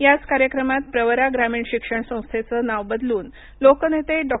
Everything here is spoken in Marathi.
याच कार्यक्रमात प्रवरा ग्रामीण शिक्षण संस्थेचं नाव बदलून लोकनेते डॉ